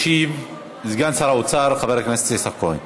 ישיב סגן שר האוצר, חבר הכנסת יצחק כהן.